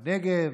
בנגב,